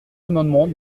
amendement